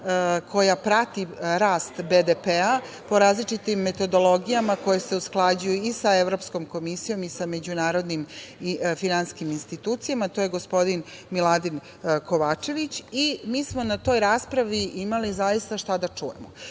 koje prati rast BDP po različitim metodologijama koje se usklađuju i sa Evropskom komisijom i sa međunarodnim finansijskim institucijama, to je gospodin Miladin Kovačević. Na toj raspravi smo imali zaista šta da čujemo. Prvo,